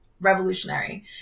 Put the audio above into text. revolutionary